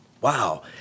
Wow